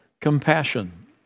compassion